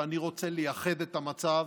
ואני רוצה לייחד את המצב